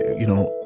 you know,